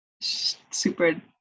super